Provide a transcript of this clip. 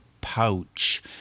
pouch